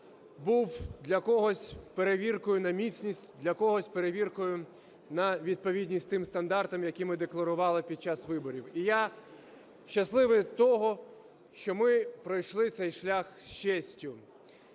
був для когось перевіркою на міцність, для когось перевіркою на відповідність тим стандартам, які ми декларували під час виборів. І я щасливий з того, що ми пройшли цей шлях з честю.